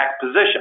position